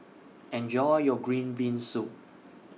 Enjoy your Green Bean Soup